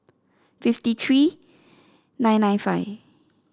fifty three nine nine five